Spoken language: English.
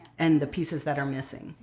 and the pieces that are missing.